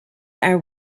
are